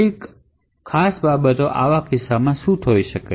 કેટલીક ખાસ બાબત આવા કિસ્સામાં શું થશે